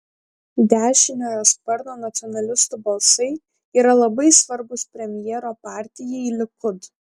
dešiniojo sparno nacionalistų balsai yra labai svarbūs premjero partijai likud